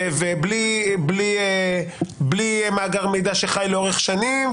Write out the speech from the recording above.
ובלי מאגר מידע שחי לאורך שנים.